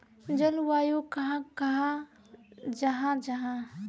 जलवायु कहाक कहाँ जाहा जाहा?